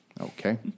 Okay